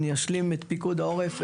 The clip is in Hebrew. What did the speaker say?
אשלים את פיקוד העורף,